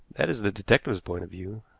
that is the detective's point of view.